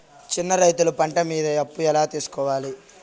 చిన్న రైతులు పంట మీద అప్పు ఎలా తీసుకోవాలి?